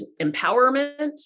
empowerment